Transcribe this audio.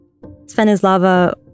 Svenislava